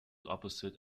opposite